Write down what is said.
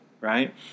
right